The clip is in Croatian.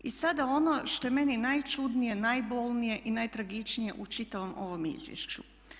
I sada ono što je meni najčudnije, najbolnije i najtragičnije u čitavom ovom izvješću.